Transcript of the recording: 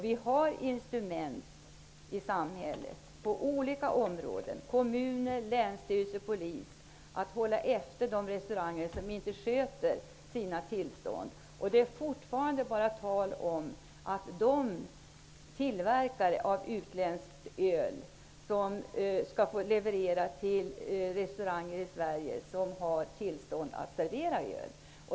Vi har instrument på olika områden i samhället att genom kommuner, länsstyrelser och Polis hålla efter de restauranger som missköter givna tillstånd. Och vi talar fortfarande enbart om att tillverkare av utländskt öl skall få leverera till restauranger som har tillstånd att servera öl.